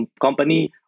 company